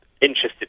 interested